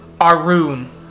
Arun